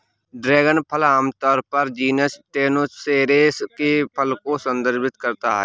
dragon फल आमतौर पर जीनस स्टेनोसेरेस के फल को संदर्भित करता है